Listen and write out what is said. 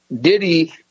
Diddy